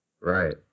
Right